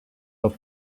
auf